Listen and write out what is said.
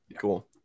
Cool